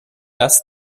das